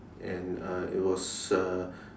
and uh it was uh